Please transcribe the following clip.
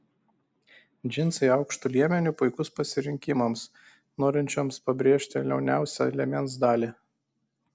džinsai aukštu liemeniu puikus pasirinkimams norinčioms pabrėžti liauniausią liemens dalį